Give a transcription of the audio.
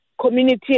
community